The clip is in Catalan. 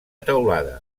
teulada